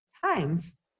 times